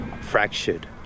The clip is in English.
fractured